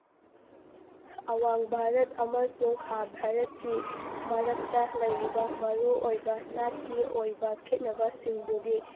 ꯑꯋꯥꯡ ꯚꯥꯔꯠ ꯑꯃꯁꯨꯡ ꯈꯥ ꯚꯥꯔꯠꯀꯤ ꯃꯔꯛꯇ ꯂꯩꯔꯤꯕ ꯃꯔꯨ ꯑꯣꯏꯕ ꯅꯥꯠꯀꯤ ꯑꯣꯏꯕ ꯈꯦꯠꯅꯕꯁꯤꯡ ꯑꯗꯨꯗꯤ